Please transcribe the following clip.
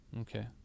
Okay